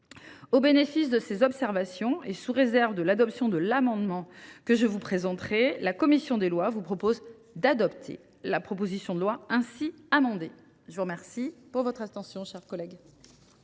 Au bénéfice de ces observations et sous réserve de l’adoption de l’amendement que je vous présenterai, la commission des lois vous propose d’adopter la proposition de loi ainsi amendée. La parole est à Mme la ministre déléguée.